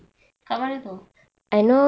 kat mana tu